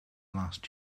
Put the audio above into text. last